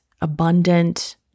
abundant